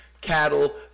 cattle